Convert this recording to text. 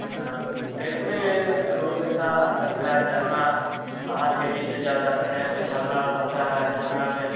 तो देखने में बहुत अच्छा लगता है झरना पहाड़ों के बीच चढ़ जाते हैं झरना रहता है झरना में